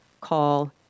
call